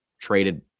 traded